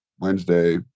Wednesday